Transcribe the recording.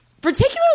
Particularly